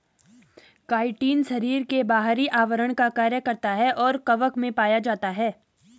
chitin शरीर के बाहरी आवरण का कार्य करता है और कवक में पाया जाता है